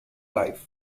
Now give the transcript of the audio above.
life